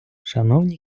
шановні